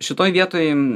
šitoj vietoj